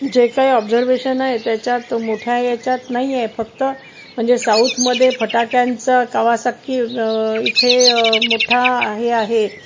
जे काही ऑब्जर्वेशन आहे त्याच्यात मोठ्या याच्यात नाही आहे फक्त म्हणजे साऊथमध्ये फटाक्यांचं कावासाकी इथे मोठा हे आहे